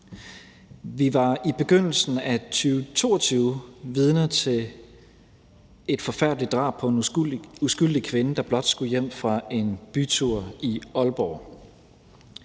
Vi var i begyndelsen af 2022 vidne til et forfærdeligt drab på en uskyldig kvinde, der blot skulle hjem fra en bytur i Aalborg.